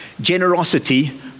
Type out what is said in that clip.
generosity